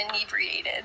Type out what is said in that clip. inebriated